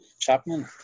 Chapman